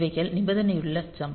இவைகள் நிபந்தனையுள்ள jump